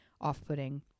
off-putting